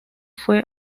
fue